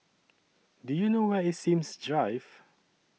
Do YOU know Where IS Sims Drive